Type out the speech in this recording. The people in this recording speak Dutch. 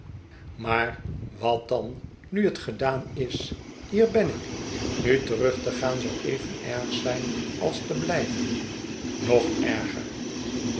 maar wat dan nu het gedaan is hier ben ik nu terug te gaan zou even erg zijn als te blijven nog erger